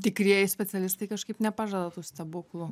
tikrieji specialistai kažkaip nepažada tų stebuklų